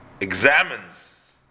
examines